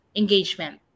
engagement